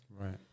Right